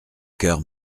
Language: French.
cœur